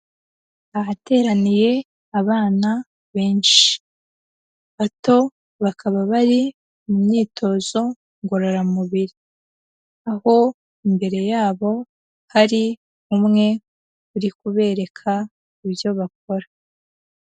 Ahateraniye abana benshi, bato bakaba bari mu myitozo ngororamubiri, aho imbere yabo hari umwe uri kubereka ibyo bakora.